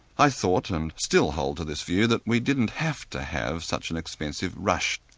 i thought and still hold to this view that we didn't have to have such an expensive rush.